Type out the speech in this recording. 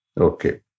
Okay